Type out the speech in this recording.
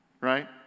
right